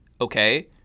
okay